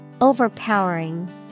Overpowering